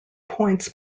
points